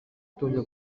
kutongera